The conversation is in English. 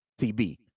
TB